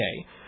Okay